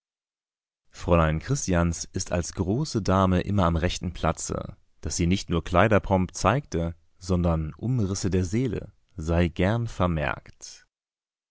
fräulein christians ist als große dame immer am rechten platze daß sie nicht nur kleiderpomp zeigte sondern umrisse der seele sei gern vermerkt